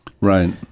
Right